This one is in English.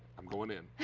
um going in.